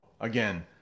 again